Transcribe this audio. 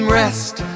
rest